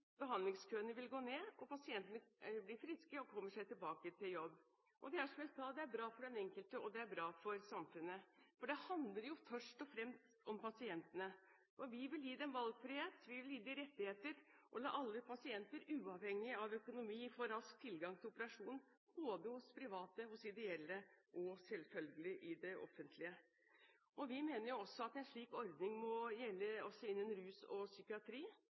behandlingskøene vil gå ned, og pasientene blir friske, og kommer seg tilbake til jobb, og det er, som jeg sa, bra for den enkelte og bra for samfunnet. Det handler jo først og fremst om pasientene. Vi vil gi dem valgfrihet, vi vil gi dem rettigheter, og vi vil la alle pasienter – uavhengig av økonomi – få rask tilgang til operasjon, både hos private, hos ideelle og selvfølgelig i det offentlige. Vi mener at en slik ordning også må gjelde innen rus og psykiatri.